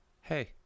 hey